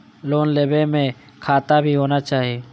Loan लेबे में खाता भी होना चाहि?